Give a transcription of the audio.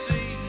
See